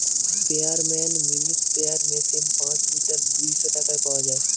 স্পেয়ারম্যান mini sprayer machine পাঁচ litre দুইশ টাকায় পাওয়া যায়